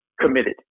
committed